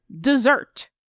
Dessert